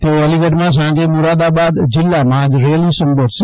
તેઓ અલીગઢમાં સાજે મુરાદાબાદ જિલ્લામાં રેલી સંબોધશે